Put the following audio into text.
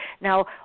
Now